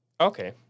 Okay